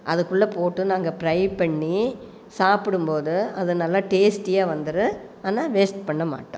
அதுக்குள்ளே போட்டு நாங்கள் ஃப்ரை பண்ணி சாப்பிடும்போது அது நல்ல டேஸ்டியாக வந்துரும் ஆனால் வேஸ்ட் பண்ண மாட்டோம்